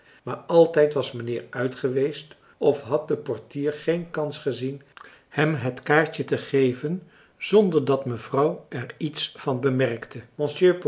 maar altijd was mijnheer uit geweest of had de portier geen kans gezien hem het kaartje te geven zonder dat mevrouw er iets van bemerkte